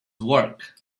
work